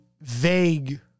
vague